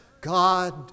God